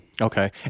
Okay